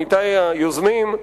עמיתי היוזמים,